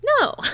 no